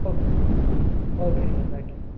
O okay sir thank you sir